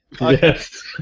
Yes